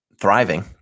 thriving